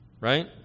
right